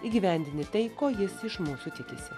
įgyvendinti tai ko jis iš mūsų tikisi